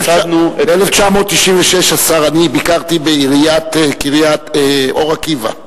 ב-1996, השר, אני ביקרתי בעיריית אור-עקיבא.